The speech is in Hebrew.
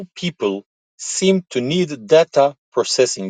All People Seem To Need Data Processing,